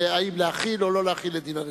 אם להחיל או לא להחיל את דין הרציפות.